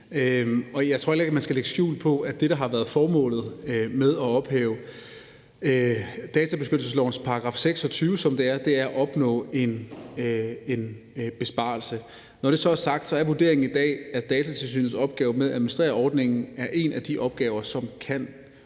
Jeg tror heller ikke, man skal lægge skjul på, at det, der har været formålet med at ophæve databeskyttelseslovens § 26, som det er, er at opnå en besparelse. Når det så er sagt, er vurderingen i dag, at Datatilsynets opgave med at administrere ordningen er en af de opgaver, som kan